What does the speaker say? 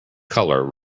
color